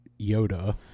Yoda